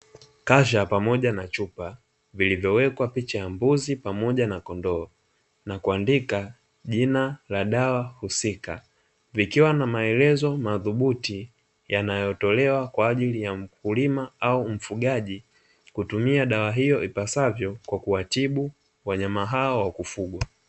Kasha pamoja na chupa vilivyowekwa picha ya mbuzi pamoja na kondoo na kuandika jina la dawa husika vikiwa na maelezo madhubuti yanayotolewa kwa ajili ya mkulima au mfugaji kutumia dawa hiyo ipasavyo kwa kuwatibu wanyama hao wa kufugwa.